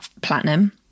platinum